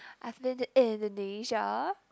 I've been to Indonesia